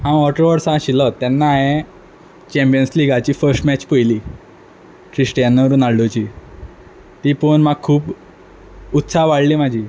हांव अठरा वर्सां आशिल्लो तेन्ना हांवें चँबियंस लिगाची फस्ट मॅच पळयली क्रिश्टियानो रोनाल्डोची ती पळोवन म्हाक खूब उत्साह वाडली म्हाजी